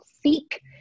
seek